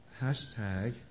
Hashtag